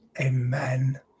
amen